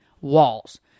walls